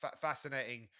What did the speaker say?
fascinating